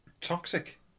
toxic